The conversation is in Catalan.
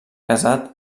casat